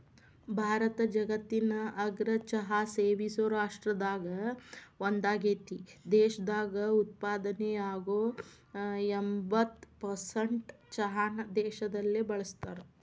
ಭಾರತ ಜಗತ್ತಿನ ಅಗ್ರ ಚಹಾ ಸೇವಿಸೋ ರಾಷ್ಟ್ರದಾಗ ಒಂದಾಗೇತಿ, ದೇಶದಾಗ ಉತ್ಪಾದನೆಯಾಗೋ ಎಂಬತ್ತ್ ಪರ್ಸೆಂಟ್ ಚಹಾನ ದೇಶದಲ್ಲೇ ಬಳಸ್ತಾರ